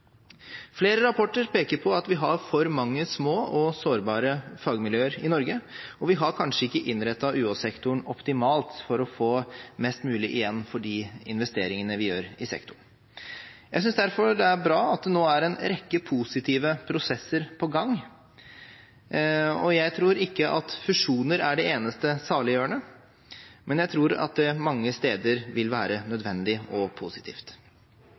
Flere rapporter peker på at vi har for mange små og sårbare fagmiljøer i Norge, og vi har kanskje ikke innrettet UH-sektoren optimalt for å få mest mulig igjen for de investeringene vi gjør i sektoren. Jeg synes derfor det er bra at det nå er en rekke positive prosesser på gang. Jeg tror ikke at fusjoner er det eneste saliggjørende, men jeg tror at det mange steder vil være nødvendig og positivt.